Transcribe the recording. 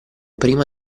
prima